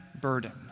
burden